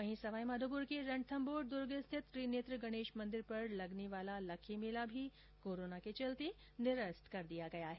वहीं सवाई माघोपुर के रणथंभौर दुर्ग स्थित त्रिनेत्र गणेश मंदिर पर लगने वाला लक्खी मेला भी कोरोना के चलते निरस्त कर दिया गया है